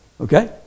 Okay